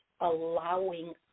allowing